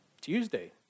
Tuesday